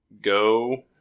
Go